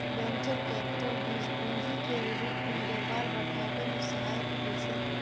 venture capital बीज पूंजी केर रूप मे व्यापार बढ़ाबै मे सहायक होइ छै